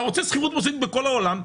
אתה רוצה שכירות מוסדית בכל העולם,